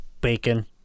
Bacon